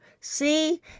see